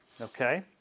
Okay